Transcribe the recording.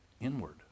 inward